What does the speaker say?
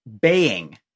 baying